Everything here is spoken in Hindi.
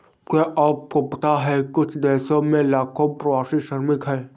क्या आपको पता है कुछ देशों में लाखों प्रवासी श्रमिक हैं?